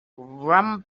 rum